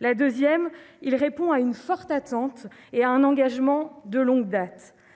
deuxièmement, il répond à une forte attente et à un engagement de longue date